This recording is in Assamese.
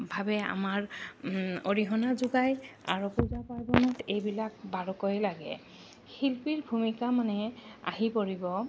ভাৱে আমাৰ অৰিহণা যোগাই আৰু পূজা পাৰ্বনত এইবিলাক বাৰুকৈয়ে লাগে শিল্পীৰ ভূমিকা মানে আহি পৰিব